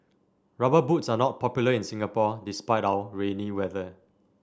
rubber boots are not popular in Singapore despite our rainy weather